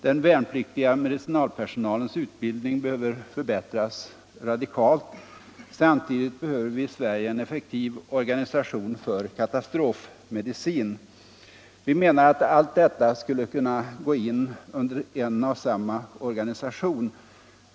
Den värnpliktiga medicinalpersonalens utbildning behöver förbättras radikalt. Samtidigt behöver vi i Sverige en effektiv organisation för katastrofmedicin. Vi menar att allt detta skulle kunna gå in i en och samma organisation.